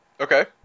Okay